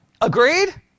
Agreed